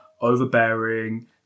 overbearing